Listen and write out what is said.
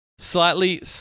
Slightly